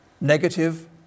negative